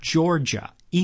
Georgia